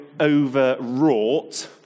overwrought